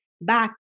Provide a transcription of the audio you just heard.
back